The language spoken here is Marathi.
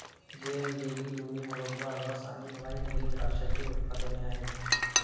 जेम, जेली, लोणी, मुरब्बा, रस आणि वाइन हे द्राक्षाचे उत्पादने आहेत